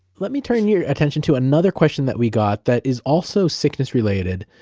let me turn your attention to another question that we got that is also sickness related.